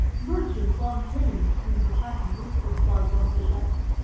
merchants on change seem the passengers that buzz on her decks,